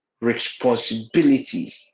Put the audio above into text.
responsibility